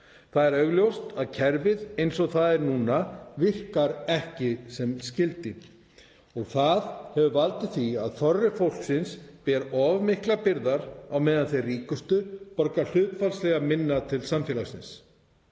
Það er augljóst að kerfið eins og það er núna virkar ekki sem skyldi. Það hefur valdið því að þorri fólksins ber of miklar byrðar á meðan þeir ríkustu borga hlutfallslega minna til samfélagsins.